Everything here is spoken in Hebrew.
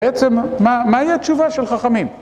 בעצם, מה היא התשובה של חכמים?